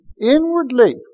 inwardly